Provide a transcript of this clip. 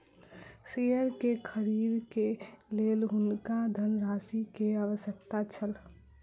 share के खरीद के लेल हुनका धनराशि के आवश्यकता छल